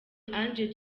ange